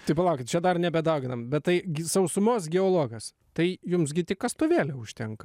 tai palauk čia dar nebedauginam bet tai g sausumos geologas tai jums gi tik kastuvėlio užtenka